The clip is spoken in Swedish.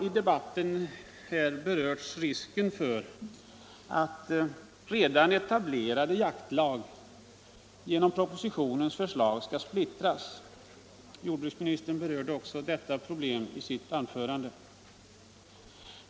I debatten här har man berört risken för att redan etablerade jaktlag genom propositionens förslag skall splittras; jordbruksministern nämnde också detta problem i sitt anförande.